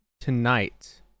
Tonight